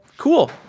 cool